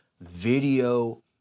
video